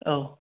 औ